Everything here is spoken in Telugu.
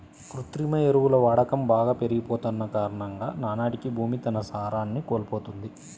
కృత్రిమ ఎరువుల వాడకం బాగా పెరిగిపోతన్న కారణంగా నానాటికీ భూమి తన సారాన్ని కోల్పోతంది